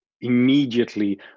immediately